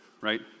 right